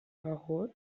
begut